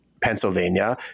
Pennsylvania